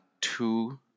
two